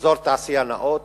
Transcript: אזור תעשייה נאות,